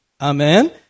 Amen